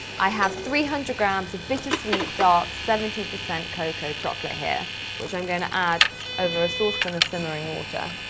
i have three hundred grams of bittersweet dark seventy percent cocoa chocolate here which i am going to add over a sauce pan of simmering water.